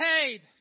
paid